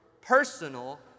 personal